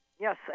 Yes